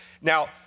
Now